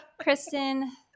Kristen